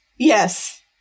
Yes